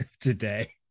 today